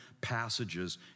passages